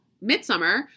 midsummer